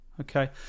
okay